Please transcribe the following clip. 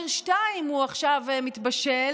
מירי רגב, אלי כהן, אופיר אקוניס, בצלאל סמוטריץ',